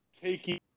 taking